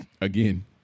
again